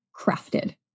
crafted